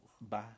Bye